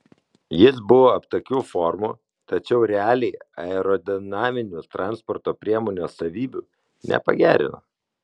jis buvo aptakių formų tačiau realiai aerodinaminių transporto priemonės savybių nepagerino